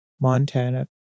Montana